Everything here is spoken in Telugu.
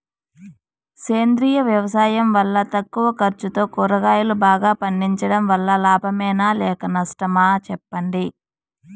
సేంద్రియ వ్యవసాయం వల్ల తక్కువ ఖర్చుతో కూరగాయలు బాగా పండించడం వల్ల లాభమేనా లేక నష్టమా సెప్పండి